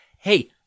Hey